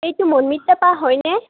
এইটো মনমিত্ৰা বা হয়নে